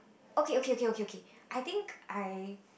okay okay okay okay okay I think I